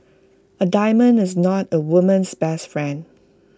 A diamond is not A woman's best friend